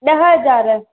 ॾह हज़ार